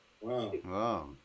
Wow